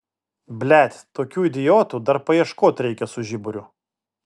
blet tokių idiotų dar paieškot reikia su žiburiu